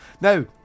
Now